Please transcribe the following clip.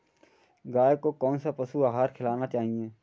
गाय को कौन सा पशु आहार खिलाना चाहिए?